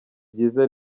byiza